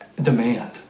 demand